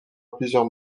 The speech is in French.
plusieurs